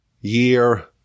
year